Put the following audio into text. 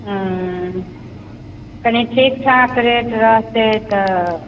हुँ कनी ठीकठाक रेट रहतै तऽ